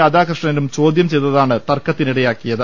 രാ ധാകൃഷ്ണനും ചോദ്യം ചെയ്തതാണ് തർക്കത്തിനിടയാക്കിയത്